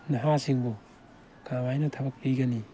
ꯅꯍꯥꯁꯤꯡꯕꯨ ꯀꯔꯝꯍꯥꯏꯅ ꯊꯕꯛ ꯄꯤꯒꯅꯤ